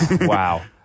wow